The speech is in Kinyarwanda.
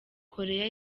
koreya